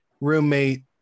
roommate